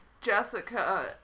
Jessica